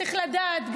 צריך לדעת,